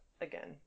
again